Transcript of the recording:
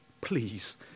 Please